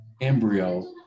embryo